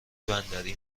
بندری